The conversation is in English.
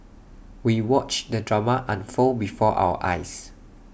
we watched the drama unfold before our eyes